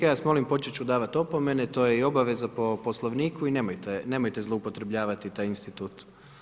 Ja vas molim, početi ću davati opomene, to je i obaveza po Poslovniku i nemojte zloupotrebljavati taj institut.